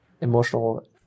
emotional